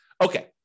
Okay